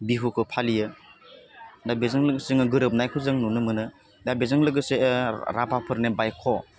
बिहुखौ फालियो दा बेजों लोगोसे जोङो गोरोबनायखो जों नुनो मोनो दा बेजों लोगोसे राभाफोरनि बाइख'